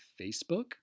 Facebook